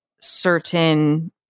certain